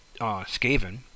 skaven